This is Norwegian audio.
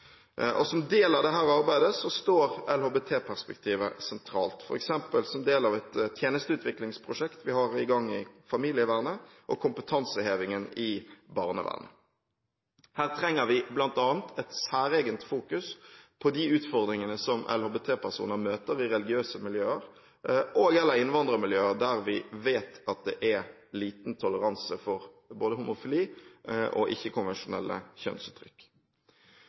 Som del av dette arbeidet står LHBT-perspektivet sentralt, f.eks. som del av et tjenesteutviklingsprosjekt som vi har i gang i familievernet, og kompetanseheving i barnevernet. Her trenger vi bl.a. et særegent fokus på de utfordringene som LHBT-personer møter i religiøse miljøer og/eller innvandrermiljøer, der vi vet at det er liten toleranse både for homofili og for ikke-konvensjonelle kjønnsuttrykk.